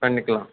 பண்ணிக்கலாம்